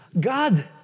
God